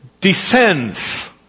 descends